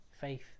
faith